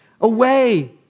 away